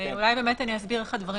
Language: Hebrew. כדי למנוע את הדברים הללו,